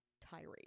tirade